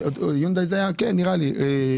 ביונדאי שהיא חשמלית,